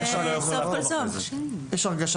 זה הזמן